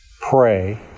Pray